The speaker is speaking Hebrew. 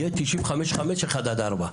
יהיה 95.5% 1 עד 4,